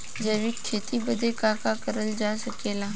जैविक खेती बदे का का करल जा सकेला?